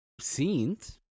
scenes